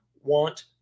want